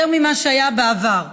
יותר ממה שהיה בעבר.